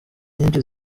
nyinshi